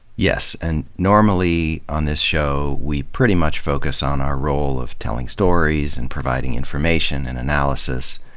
yes. and normally on this show we pretty much focus on our role of telling stories and providing information and analysis.